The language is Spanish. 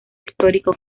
histórico